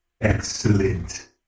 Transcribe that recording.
excellent